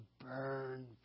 burn